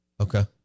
Okay